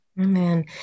Amen